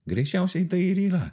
greičiausiai tai ir yra